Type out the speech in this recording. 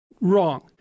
wrong